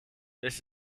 this